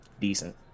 Decent